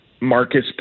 Marcus